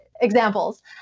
examples